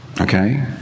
okay